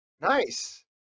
Nice